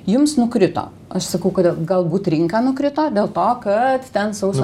jums nukrito aš sakau kodėl galbūt rinka nukrito dėl to kad ten sausio